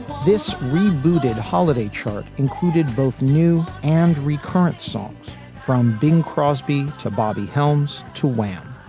this rebooted holiday chart included both new and recurrent songs from bing crosby to bobby helms to wham!